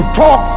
talk